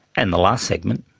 and the last segment,